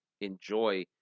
enjoy